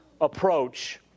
approach